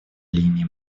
линии